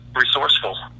resourceful